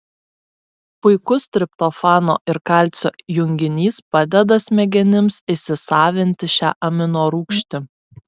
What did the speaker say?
puikus triptofano ir kalcio junginys padeda smegenims įsisavinti šią aminorūgštį